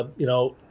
ah you know,